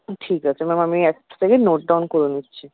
ঠিক আছে ম্যাম আমি এক সেকেন্ড নোট ডাউন করে নিচ্ছি